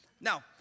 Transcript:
Now